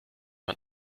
man